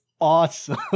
awesome